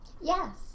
Yes